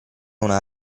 una